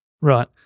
Right